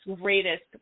greatest